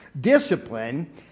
discipline